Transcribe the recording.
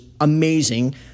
amazing